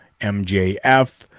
MJF